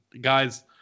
guys